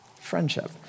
Friendship